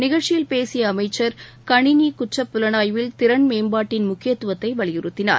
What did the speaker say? நிகழ்ச்சியில் பேசிய அமைச்சர் கணினி குற்றப்புலனாய்வில் திறன் மேம்பாட்டின் முக்கியத்துவத்தை வலியுறுத்தினார்